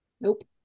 Nope